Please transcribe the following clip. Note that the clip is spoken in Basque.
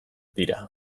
dira